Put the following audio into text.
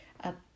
up